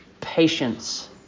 patience